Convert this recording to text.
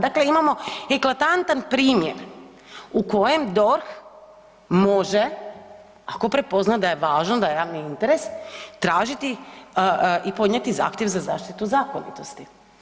Dakle, imamo eklatantan primjer u kojem DORH može ako prepozna da je važno, da je javni interes tražiti i podnijeti zahtjev za zaštitu zakonitosti.